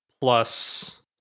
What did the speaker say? plus